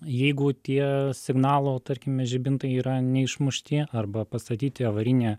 jeigu tie signalo tarkime žibintai yra neišmušti arba pastatyti avarinį